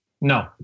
No